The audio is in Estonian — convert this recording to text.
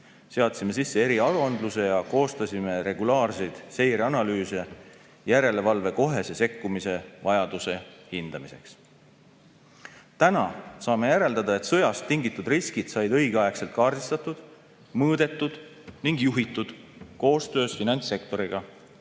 Seadsime sisse eriaruandluse ja koostasime regulaarseid seireanalüüse järelevalve kohese sekkumise vajaduse hindamiseks. Täna saame järeldada, et sõjast tingitud riskid said õigeaegselt kaardistatud, mõõdetud ning juhitud koostöös finantssektoriga